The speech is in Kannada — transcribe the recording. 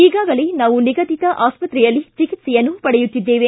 ಈಗಾಗಲೇ ನಾವು ನಿಗದಿತ ಆಸ್ಪತ್ರೆಯಲ್ಲಿ ಚಿಕಿತ್ತೆಯನ್ನು ಪಡೆಯುತ್ತಿದ್ದೇವೆ